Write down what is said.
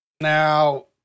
Now